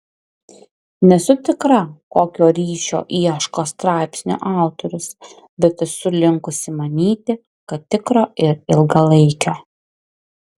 nesu tikra kokio ryšio ieško straipsnio autorius bet esu linkusi manyti kad tikro ir ilgalaikio